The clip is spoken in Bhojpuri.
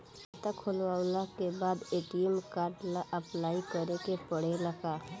खाता खोलबाबे के बाद ए.टी.एम कार्ड ला अपलाई करे के पड़ेले का?